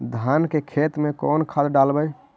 धान के खेत में कौन खाद डालबै?